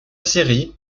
série